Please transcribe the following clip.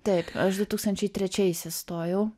taip aš du tūkstančiai trečiais įstojau